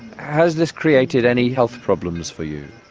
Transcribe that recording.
has this created any health problems for you?